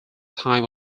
time